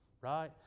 right